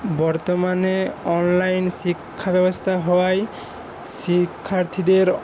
বর্তমানে অনলাইন শিক্ষাব্যবস্থা হওয়ায় শিক্ষার্থীদের